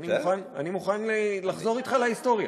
אני מוכן לחזור אתך להיסטוריה.